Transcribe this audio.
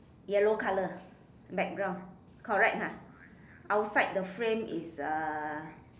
yellow colour background correct ah outside the frame is uh